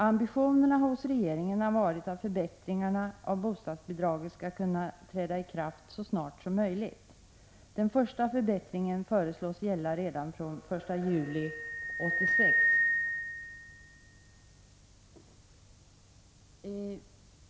Ambitionen hos regeringen har varit att förbättringarna av bostadsbidraget skall kunna träda i kraft så snart som möjligt. Den första förbättringen föreslås gälla redan från den 1 juli 1986.